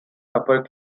upper